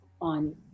on